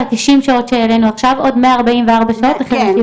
התשעים שעות עוד מאה ארבעים וארבע שעות,